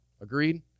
Agreed